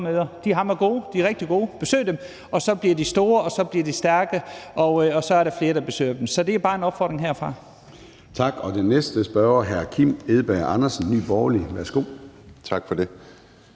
folkemøder. De er hammergode, de er rigtig gode. Besøg dem, og så bliver de store, og så bliver de stærke, og så er der flere, der besøger dem. Så det er bare en opfordring herfra. Kl. 13:50 Formanden (Søren Gade): Tak. Den næste spørger er hr. Kim Edberg Andersen, Nye Borgerlige. Værsgo. Kl.